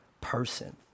person